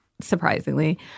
surprisingly